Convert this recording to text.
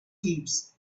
cubes